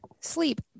sleep